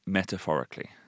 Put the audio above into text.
metaphorically